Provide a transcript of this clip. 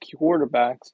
quarterbacks